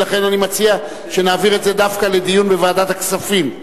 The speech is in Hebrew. ולכן אני מציע שנעביר את זה דווקא לדיון בוועדת הכספים.